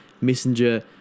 messenger